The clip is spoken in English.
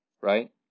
right